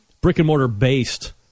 brick-and-mortar-based